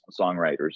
songwriters